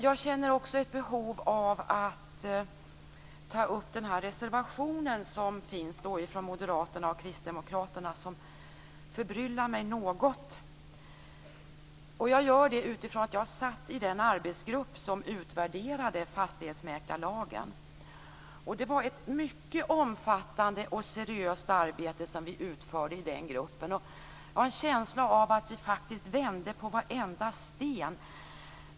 Jag känner också ett behov av att ta upp den här reservationen som finns från Moderaterna och Kristdemokraterna. Den förbryllar mig något. Jag gör det utifrån att jag satt i den arbetsgrupp som utvärderade fastighetsmäklarlagen. Det var ett mycket omfattande och seriöst arbete som vi utförde i den gruppen. Jag har en känsla av att vi faktiskt vände på varenda sten.